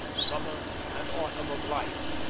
summer, and autumn of life.